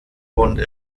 und